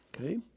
Okay